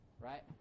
right